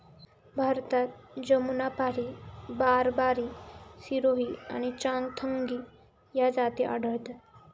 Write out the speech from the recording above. भारतात जमुनापारी, बारबारी, सिरोही आणि चांगथगी या जाती आढळतात